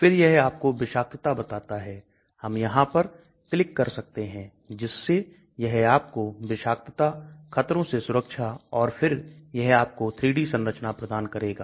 फिर यह आपको विषाक्तता बताता है हम यहां पर क्लिक कर सकते हैं जिससे यह आपको विषाक्तता खतरों से सुरक्षा और फिर यह आपको 3D संरचना प्रदान करेगा